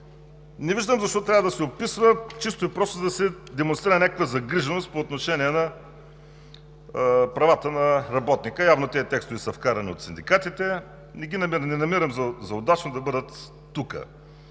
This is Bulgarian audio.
Не виждам защо трябва да се описва! Чисто и просто, за да се демонстрира някаква загриженост по отношение на правата на работника. Явно тези текстове са вкарани от синдикатите и не намирам за удачно да бъдат тук.